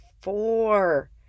four